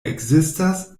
ekzistas